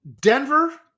Denver